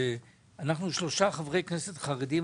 שאנחנו שלושה חברי כנסת חרדים,